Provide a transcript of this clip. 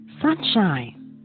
sunshine